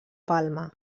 palma